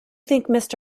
think